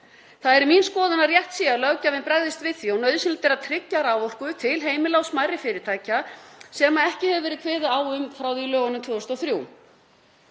Það er mín skoðun að rétt sé að löggjafinn bregðist við því og nauðsynlegt er að tryggja raforku til heimila og smærri fyrirtækja sem ekki hefur verið kveðið á um frá því í lögunum 2003.